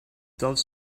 doves